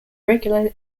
regular